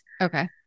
Okay